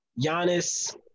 Giannis